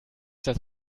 das